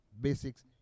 basics